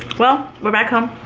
well were back home,